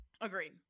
agreed